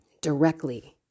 directly